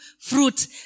fruit